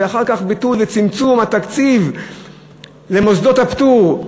ואחר כך ביטול וצמצום התקציב למוסדות הפטור.